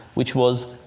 which was